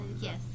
Yes